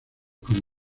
con